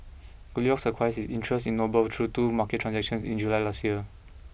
goldilocks acquired its interest in Noble through two market transactions in July last year